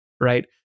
right